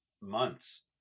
months